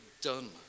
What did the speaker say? done